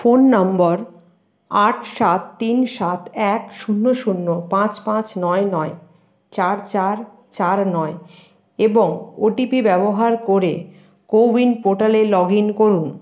phone নম্বর আট সাত তিন সাত এক শূন্য শূন্য পাঁচ পাঁচ নয় নয় চার চার চার নয় এবং ওটিপি ব্যবহার করে কো উইন পোর্টালে লগ ইন করুন